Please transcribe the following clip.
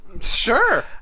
Sure